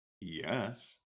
Yes